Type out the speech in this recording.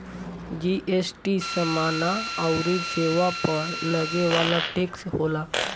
GST समाना अउरी सेवा पअ लगे वाला टेक्स होला